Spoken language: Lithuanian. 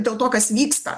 dėl to kas vyksta